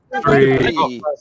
three